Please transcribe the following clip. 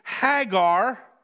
Hagar